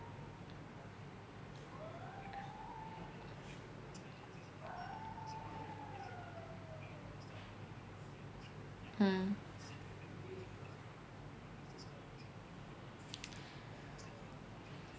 mm